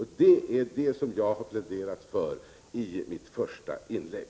Det är detta som jag har pläderat för i mitt första inlägg.